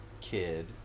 kid